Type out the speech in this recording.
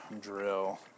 drill